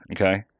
Okay